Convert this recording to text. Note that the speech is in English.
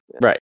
Right